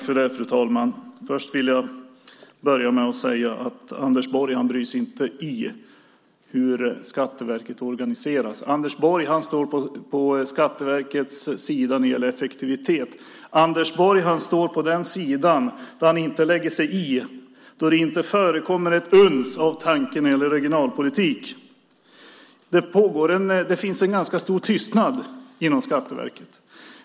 Fru talman! Jag vill börja med att säga att Anders Borg inte lägger sig i hur Skatteverket organiseras. Anders Borg står på Skatteverkets sida när det gäller effektivitet. Anders Borg står på den sidan där han inte lägger sig i, där det inte förekommer ett uns av tanke när det gäller regionalpolitik. Det finns en ganska stor tystnad inom Skatteverket.